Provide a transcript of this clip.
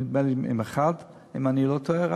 נדמה לי שרק עם אחד, אם אני לא טועה.